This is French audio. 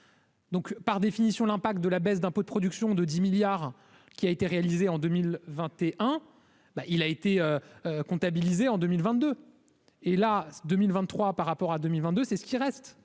Donc, par définition, l'impact de la baisse d'impôts de production de 10 milliards qui a été réalisé en 2021 ben, il a été comptabilisés en 2022, et là 2023 par rapport à 2022, c'est ce qui reste